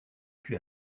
puis